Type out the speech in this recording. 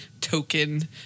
token